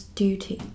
duty